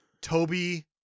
Toby